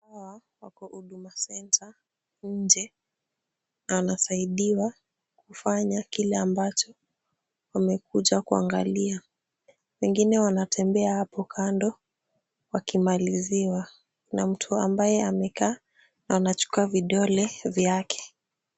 Hawa, wako huduma center nje anasaidiwa kufanya kile ambacho wamekuja kuangalia. Mengine wanatembea hapo kando. Wakimaliziwa, na mtu ambaye amekaa na anachukua vidole vyake.